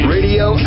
Radio